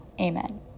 Amen